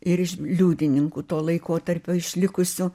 ir iš liudininkų to laikotarpio išlikusių